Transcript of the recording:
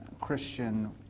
Christian